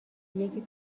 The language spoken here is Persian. یکی